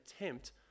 attempt